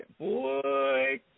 boy